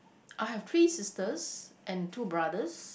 I have three sisters and two brothers